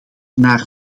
naar